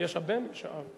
יש הבן, יש האב.